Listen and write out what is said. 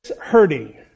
hurting